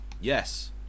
Yes